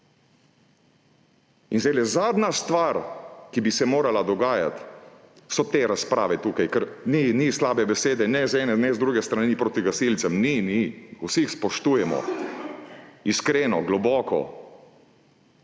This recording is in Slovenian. hop. Zadnja stvar, ki bi se morala zdajle dogajati, so te razprave tukaj, ker ni slabe besede ne z ene ne z druge strani proti gasilcem. Ni. Ni, vsi jih spoštujemo, iskreno, globoko.